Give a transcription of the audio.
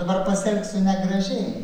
dabar pasielgsiu negražiai